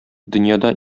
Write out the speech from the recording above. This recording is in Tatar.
дөньяда